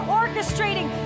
orchestrating